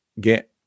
get